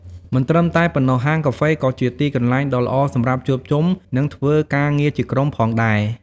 មិនត្រឹមតែប៉ុណ្ណោះ ហាងកាហ្វេក៏ជា ទីកន្លែងដ៏ល្អសម្រាប់ជួបជុំ និងធ្វើការងារជាក្រុម ផងដែរ។